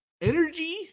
Energy